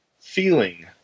feeling